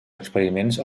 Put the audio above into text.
experiments